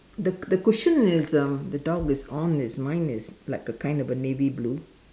the the cushion is um the dog is on is mine is like a kind of a navy blue